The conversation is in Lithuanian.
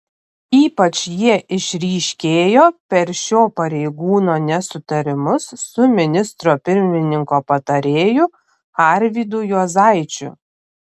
ypač jie išryškėjo per šio pareigūno nesutarimus su ministro pirmininko patarėju arvydu juozaičiu